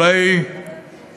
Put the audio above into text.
אולי